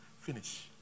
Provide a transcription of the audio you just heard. Finish